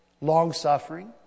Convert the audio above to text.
long-suffering